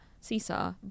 Seesaw